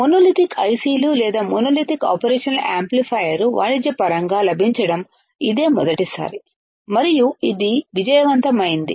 monolithic ఐసిలు లేదా monolithic operation amplifier వాణిజ్యపరంగా లభించడం ఇదే మొదటిసారి మరియు ఇది విజయవంతమైంది